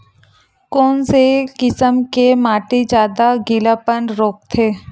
कोन से किसम के माटी ज्यादा गीलापन रोकथे?